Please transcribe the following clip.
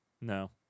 No